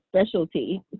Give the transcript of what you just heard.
specialty